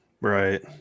right